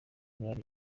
bari